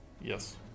Yes